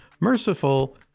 merciful